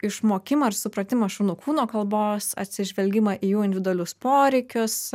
išmokimą ir supratimą šunų kūno kalbos atsižvelgimą į jų individualius poreikius